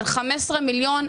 של 15 מיליון,